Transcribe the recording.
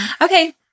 okay